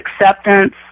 acceptance